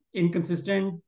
inconsistent